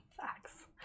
Facts